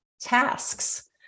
tasks